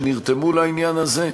שנרתמו לעניין הזה,